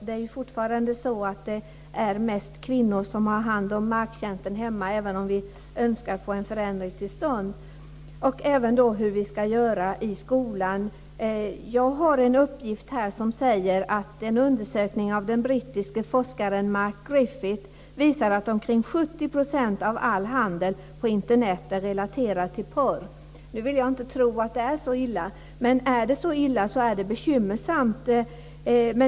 Det är fortfarande så att det är mest kvinnor som har hand om marktjänsten hemma, även om vi önskar att få en förändring till stånd. Det handlar även om hur vi ska göra i skolan. Jag har här en uppgift att en undersökning av den brittiske forskaren Mark Griffith visar att omkring 70 % av all handel på Internet är relaterad till porr. Nu vill jag inte tro att det är så illa, men är det så, så är det bekymmersamt.